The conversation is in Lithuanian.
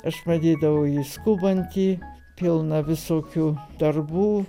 aš matydavau jį skubantį pilną visokių darbų